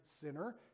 sinner